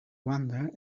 wander